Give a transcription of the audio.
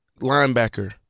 linebacker